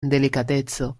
delikateco